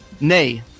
Nay